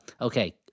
okay